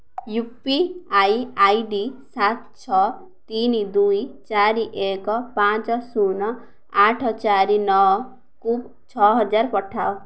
U P I ID ସାତ ଛଅ ତିନି ଦୁଇ ଚାରି ଏକ ପାଞ୍ଚ ଶୂନ ଆଠ ଚାରି ନଅ କୁ ଛଅହଜାର ପଠାଅ